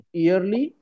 yearly